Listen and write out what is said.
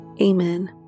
amen